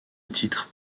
titre